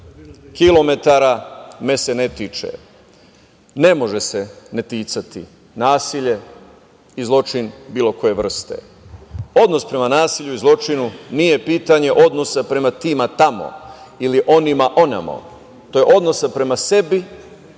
kilometara me se ne tiče. Ne može me se ne ticati nasilje i zločin bilo koje vrste. Odnos prema nasilju i zločinu nije pitanje odnosa prema tima tamo ili onima onamo. To je odnos prema sebi